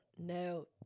no